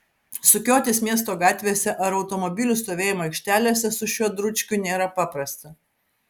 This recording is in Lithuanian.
sukiotis miesto gatvėse ar automobilių stovėjimo aikštelėse su šiuo dručkiu nėra paprasta